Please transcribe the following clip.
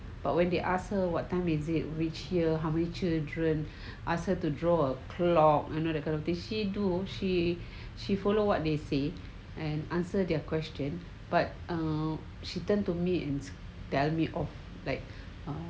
but when they ask her what time is it which year how many children ask her to draw a clock you know that kind of things she do she she follow what they say and answer their question but err she turned to me and tell me of like um